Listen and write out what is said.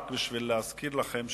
רק כדי להזכיר לכם,